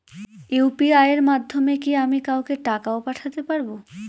UPI এর মাধ্যমে কি আমি কাউকে টাকা ও পাঠাতে পারবো?